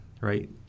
right